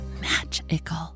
magical